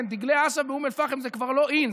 דגלי אש"ף באום אל-פחם זה כבר לא in,